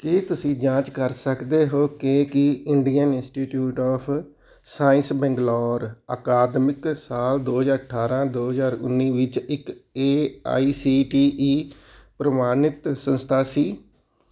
ਕੀ ਤੁਸੀਂ ਜਾਂਚ ਕਰ ਸਕਦੇ ਹੋ ਕਿ ਕੀ Indian institute of science Bangalore ਅਕਾਦਮਿਕ ਸਾਲ ਦੋ ਹਜ਼ਾਰ ਅਠਾਰ੍ਹਾਂ ਦੋ ਹਜ਼ਾਰ ਉੱਨੀ ਵਿੱਚ ਇੱਕ A I C T E ਪ੍ਰਵਾਨਿਤ ਸੰਸਥਾ ਸੀ